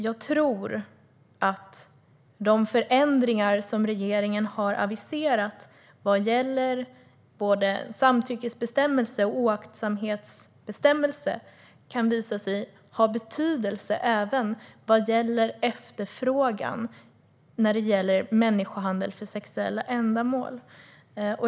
Jag tror att de förändringar som regeringen har aviserat vad gäller både samtyckesbestämmelse och oaktsamhetsbestämmelse kan visa sig ha betydelse även för efterfrågan när det gäller människohandel för sexuella ändamål.